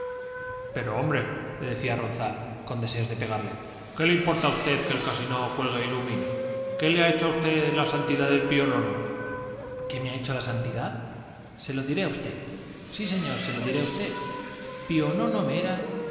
pelota pero hombre le decía ronzal con deseos de pegarle qué le importa a usted que el casino cuelgue e ilumine qué le ha hecho a usted la santidad de pío nono qué me ha hecho la santidad se lo diré a usted sí señor se lo diré a usted pío nono me